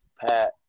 Pat